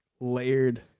layered